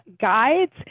Guides